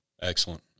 Excellent